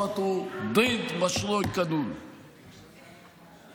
הרשימה המשותפת הצביעה נגד תוכנית החוק.)